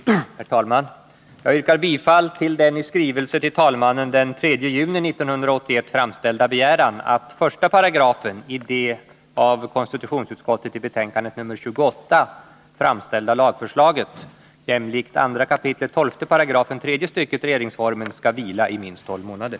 Herr talman! Jag yrkar bifall till den i skrivelse till talmannen den 3 juni 1981 framställda begäran att 1 § i det av konstitutionsutskottet i betänkande nr 28 framlagda lagförslaget jämlikt 2 kap. 12 § tredje stycket regeringsformen skall vila i minst tolv månader.